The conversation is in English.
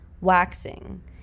waxing